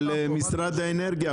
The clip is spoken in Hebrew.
משרד האנרגיה,